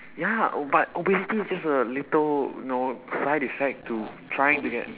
ya oh but obesity is just a little no side effect to trying to get